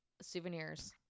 souvenirs